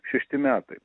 šešti metai